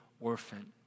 orphan